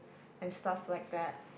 and stuff like that